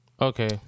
Okay